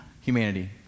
humanity